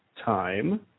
time